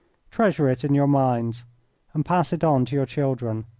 treasure it in your minds and pass it on to your children,